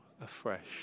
afresh